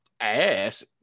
ass